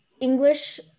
English